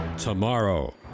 Tomorrow